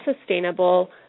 sustainable